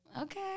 Okay